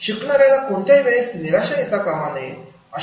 शिकणाऱ्याला कोणत्याही वेळेस निराशा येता कामा नये